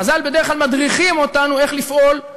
חז"ל בדרך כלל מדריכים אותנו איך לפעול,